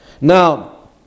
Now